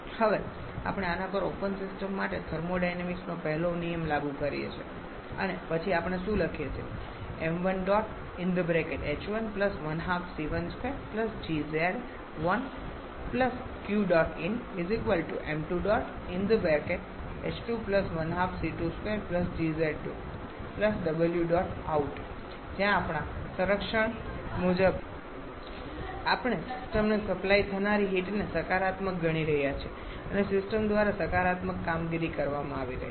હવે આપણે આના પર ઓપન સિસ્ટમ માટે થર્મોડાયનેમિક્સ નો પહેલો નિયમ લાગુ કરીએ છીએ પછી આપણે શું લખી શકીએ જ્યાં આપણાં સંરક્ષણ મુજબ આપણે સિસ્ટમને સપ્લાય થનારી હીટને સકારાત્મક ગણી રહ્યા છીએ અને સિસ્ટમ દ્વારા સકારાત્મક કામગીરી કરવામાં આવી રહી છે